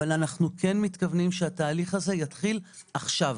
אבל אנחנו כן מתכוונים שהתהליך הזה יתחיל עכשיו.